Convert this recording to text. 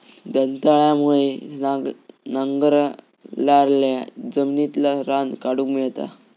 दंताळ्यामुळे नांगरलाल्या जमिनितला रान काढूक मेळता